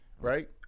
right